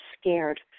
scared